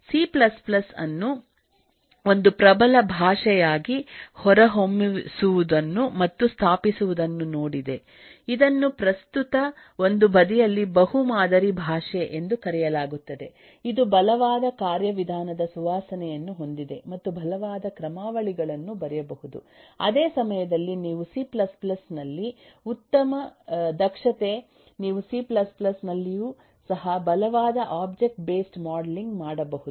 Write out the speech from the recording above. C C ಅನ್ನು ಒಂದು ಪ್ರಬಲ ಭಾಷೆಯಾಗಿಹೊರಹೊಮ್ಮಿಸುವುದನ್ನು ಮತ್ತು ಸ್ಥಾಪಿಸುವುದನ್ನು ನೋಡಿದೆ ಇದನ್ನು ಪ್ರಸ್ತುತ ಒಂದು ಬದಿಯಲ್ಲಿ ಬಹು ಮಾದರಿ ಭಾಷೆ ಎಂದು ಕರೆಯಲಾಗುತ್ತದೆ ಇದು ಬಲವಾದ ಕಾರ್ಯವಿಧಾನದ ಸುವಾಸನೆಯನ್ನು ಹೊಂದಿದೆ ಮತ್ತು ಬಲವಾದ ಕ್ರಮಾವಳಿಗಳನ್ನು ಬರೆಯಬಹುದು ಅದೇ ಸಮಯದಲ್ಲಿ ನೀವುಸಿ Cನಲ್ಲಿ ಉತ್ತಮ ದಕ್ಷತೆ ನೀವು ಸಿ C ನಲ್ಲಿಯೂ ಸಹ ಬಲವಾದ ಒಬ್ಜೆಕ್ಟ್ ಬೇಸ್ಡ್ ಮಾಡೆಲಿಂಗ್ ಮಾಡಬಹುದು